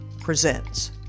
Presents